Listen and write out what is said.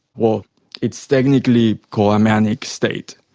well it's technically called a manic state,